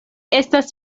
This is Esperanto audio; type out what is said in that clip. estas